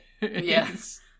Yes